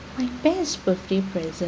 my best birthday present